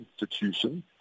institutions